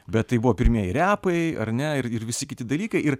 bet tai buvo pirmieji repai ar ne ir ir visi kiti dalykai ir